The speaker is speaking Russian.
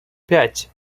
пять